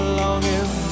longing